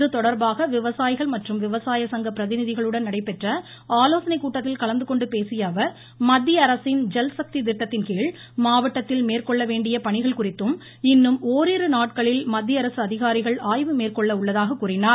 இதுதொடர்பாக விவசாயிகள் மற்றும் விவசாய சங்க பிரதிநிதிகளுடன் நடைபெற்ற ஆலோசனை கூட்டத்தில் கலந்துகொண்டு பேசியஅவர் மத்திய அரசின் ஐல் சக்தி திட்டத்தின்கீழ் மாவட்டத்தில் மேற்கொள்ள வேண்டிய பணிகள் குறித்து இன்னும் ஓரிரு நாட்களில் மத்திய அரசு அதிகாரிகள் ஆய்வு மேற்கொள்ள உள்ளதாக கூறினார்